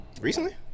Recently